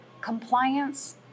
Compliance